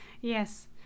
Yes